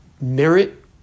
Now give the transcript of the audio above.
merit